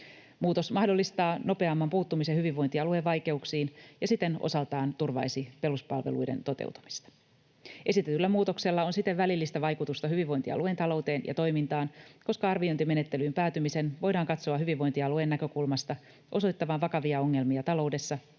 Muutos mahdollistaa nopeamman puuttumisen hyvinvointialueen vaikeuksiin ja siten osaltaan turvaisi peruspalveluiden toteutumista. Esitetyllä muutoksella on siten välillistä vaikutusta hyvinvointialueen talouteen ja toimintaan, koska arviointimenettelyyn päätymisen voidaan katsoa hyvinvointialueen näkökulmasta osoittavan vakavia ongelmia taloudessa